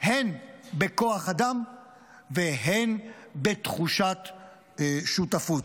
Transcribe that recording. הן בכוח אדם והן בתחושת שותפות.